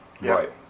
right